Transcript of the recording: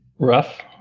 Rough